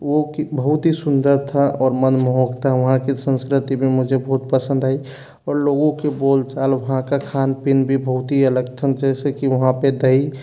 वो की बहुत ही सुंदर था और मनमोहन था वहाँ की संस्कृति भी मुझे बहुत पसंद आई और लोगों के बोलचाल वहाँ का खान पीन भी बहुत ही जैसे कि वहाँ पर दही